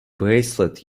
bracelet